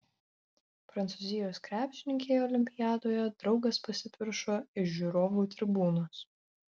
prancūzijos krepšininkei olimpiadoje draugas pasipiršo iš žiūrovų tribūnos